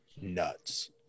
nuts